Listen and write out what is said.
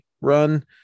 run